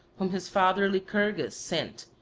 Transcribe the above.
whom his father lycurgus sent,